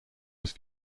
was